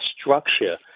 structure